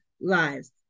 lives